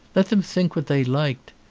let them think what they liked.